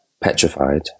petrified